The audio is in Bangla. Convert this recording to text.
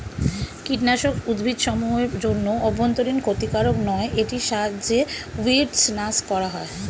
কীটনাশক উদ্ভিদসমূহ এর জন্য অভ্যন্তরীন ক্ষতিকারক নয় এটির সাহায্যে উইড্স নাস করা হয়